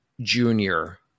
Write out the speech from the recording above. junior